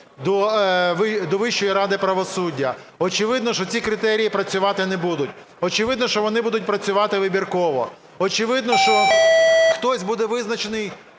до Вищої ради правосуддя. Очевидно, що ці критерії працювати не будуть, очевидно, що вони будуть працювати вибірково, очевидно, що хтось буде визначений,